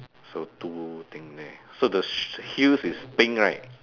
so two thing there so the heels is pink right